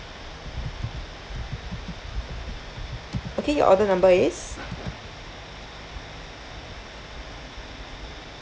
okay your order number is